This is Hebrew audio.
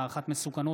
והערכת מסוכנות,